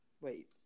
Wait